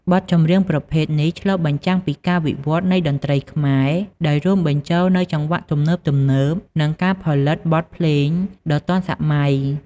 បទចម្រៀងប្រភេទនេះឆ្លុះបញ្ចាំងពីការវិវត្តន៍នៃតន្ត្រីខ្មែរ ដោយរួមបញ្ចូលនូវចង្វាក់ទំនើបៗ និងការផលិតបទភ្លេងដ៏ទាន់សម័យ។